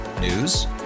News